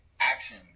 action